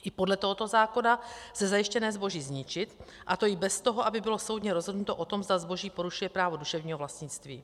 I podle tohoto zákona lze zajištěné zboží zničit, a to i bez toho, aby bylo soudně rozhodnuto o tom, zda zboží porušuje právo duševního vlastnictví.